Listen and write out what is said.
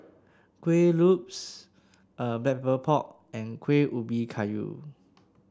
Kuih Lopes pork and Kuih Ubi Kayu